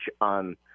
on